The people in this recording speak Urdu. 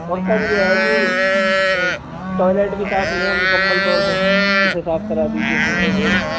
اور سر یہ ہے کہ ٹوائلٹ بھی صاف نہیں ہے مکمل طور پہ اسے صاف کرا دیجیے کسی سے بھیج کر